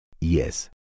Yes